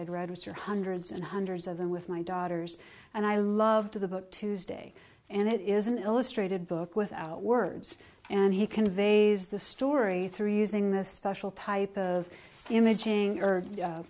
i'd read with your hundreds and hundreds of them with my daughters and i loved the book tuesday and it is an illustrated book without words and he conveys the story through using this special type of imaging or